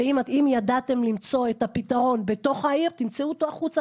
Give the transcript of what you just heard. אם ידעתם למצוא את הפתרון בתוך העיר תמצאו אותו גם מחוץ לעיר.